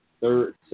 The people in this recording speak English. third